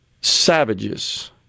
savages